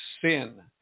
sin